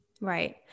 Right